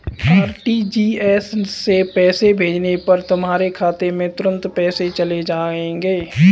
RTGS से पैसे भेजने पर तुम्हारे खाते में तुरंत पैसे चले जाएंगे